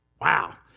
Wow